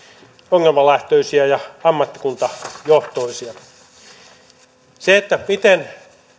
ongelmalähtöisiä ja ammattikuntajohtoisia miten